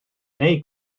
neu